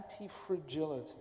anti-fragility